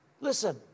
Listen